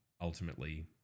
ultimately